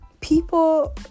people